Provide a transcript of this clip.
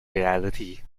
reality